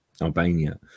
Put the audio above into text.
Albania